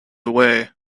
away